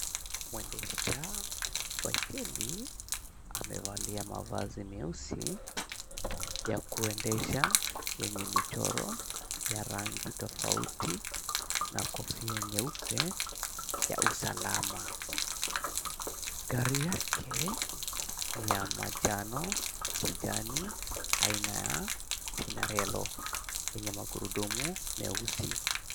Mwendesha baiskeli amevalia mavazi meusi ya kuendesha yenye michoro ya rangi tofauti na kofia nyeupe ya usalama. Gari yake ni ya manjano, kijani, aina ya, "Pinarello", yenye magurudumu meusi.